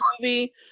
movie